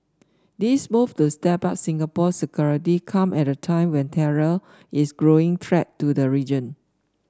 these moves to step up Singapore's security come at a time when terror is a growing threat to the region